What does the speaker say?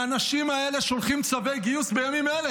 לאנשים האלה שולחים צווי גיוס בימים אלה,